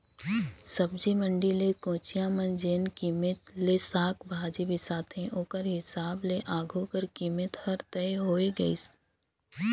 सब्जी मंडी ले कोचिया मन जेन कीमेत ले साग भाजी बिसाथे ओकर हिसाब ले आघु कर कीमेत हर तय होए गइस